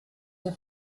der